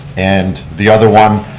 and the other one,